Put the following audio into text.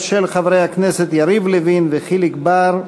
של חברי הכנסת יריב לוין וחיליק בר.